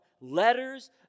letters